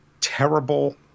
terrible